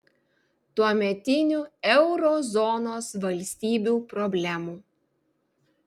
tuometinių euro zonos valstybių problemų